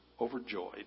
overjoyed